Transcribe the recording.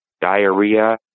diarrhea